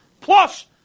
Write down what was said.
plus